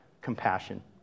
compassion